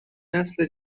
نسل